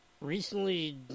recently